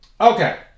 okay